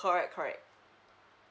correct correct